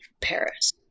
Paris